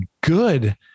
good